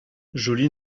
joli